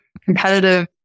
competitive